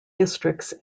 districts